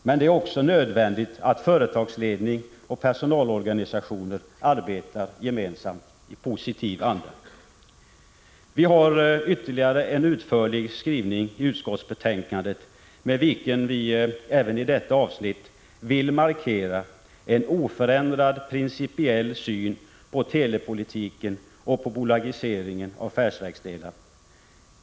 Men det är också nödvändigt att företagsledning och personalorganisationer arbetar gemensamt i positiv anda. Vi har ytterligare en utförlig skrivning i utskottsbetänkandet med vilken vi även i detta avsnitt vill markera en oförändrad principiell syn på telepolitiken och på bolagisering av affärsverksdelar.